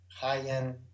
high-end